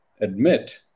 admit